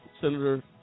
Senator